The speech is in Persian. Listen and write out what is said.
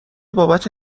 بابت